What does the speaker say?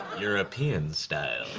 european style.